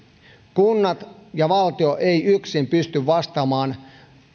kunnat ja valtio eivät yksin pysty vastaamaan